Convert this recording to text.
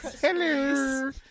Hello